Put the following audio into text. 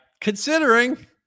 considering